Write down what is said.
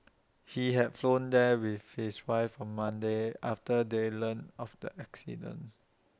he had flown there with his wife on Monday after they learnt of the accident